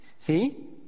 see